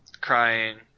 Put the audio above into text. crying